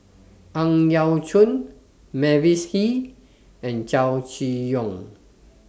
Ang Yau Choon Mavis Hee and Chow Chee Yong